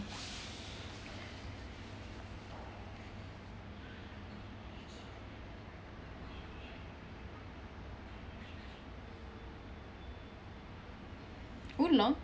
oolong